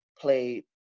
played